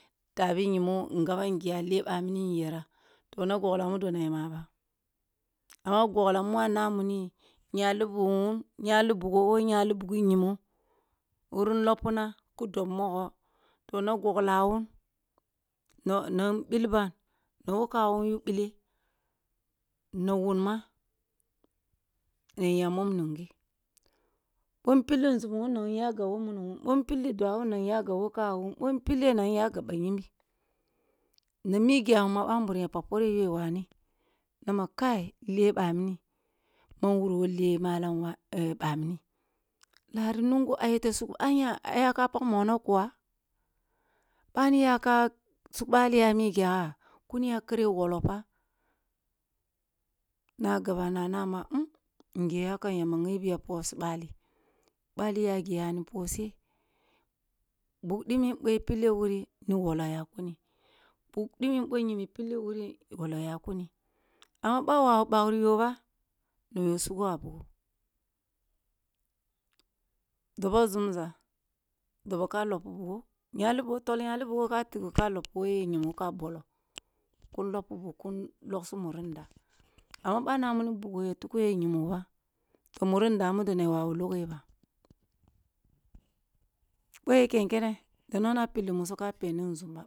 Tabi nyimo ngaban gi ya leh baini nyera toh na goglah mu do yam aba, amma goglah mu a na wuni nyali bugu won, nyali bugo who nyali bugi nyimo wurin loppina dob mogoh toh na goglah wun na na mbilban na who kaguwun yu bileh na wun ma, na nya mom nungeh boh mpili nzumuwun na nya gab who kaggo, boh mpille na nye gab bayimbi na migysum ma bamburum ya oak pore hyo wane nama kai leh bamini mam wuru who leh mallam bamini, lari nungu a sungh anya ayeka pak moo kuwa? Bamini lari nungu a yete sugh anya ayaka pak mono kuwe? Bani yaka sugh bali a migyagi? Kuniya kareh wolo fa nag aba na ana ma hmm ngeya kam yamba nyebiya posu bali bali yani yegi poseh bug dimin bohi pille wuri ni woloh ya kuni dimin ɓoh nyimi pilleh wuri woloh ya kuni amma boh a wawu ɓagri yoh ba doboh zumza doboh ka loppu bugo nyali bugo tol nyeli bugo ka tig ka loppu wo ye nyimo ka bollo laun loppu wo ye nyili bugo ka tig ka loppu wo ye nyiro ka bollo kun lippo bug kun logsi muri nda amma boh a na me bugo ya tuko ya nyimo bat oh muri nda mudona ya wawi loghe ba, boh ya ken kene, de nona pilli muso ka peni nzumo ba.